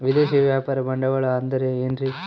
ವಿದೇಶಿಯ ವ್ಯಾಪಾರ ಬಂಡವಾಳ ಅಂದರೆ ಏನ್ರಿ?